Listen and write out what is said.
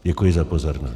Děkuji za pozornost.